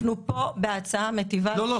אנחנו פה בהצעה מיטיבה --- לא,